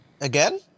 Again